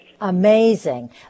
Amazing